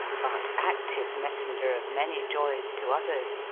but active messenger of many joys to others,